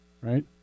right